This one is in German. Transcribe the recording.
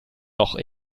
doch